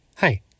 Hi